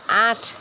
আঠ